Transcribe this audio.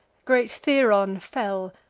great theron fell,